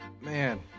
Man